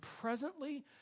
presently